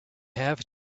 have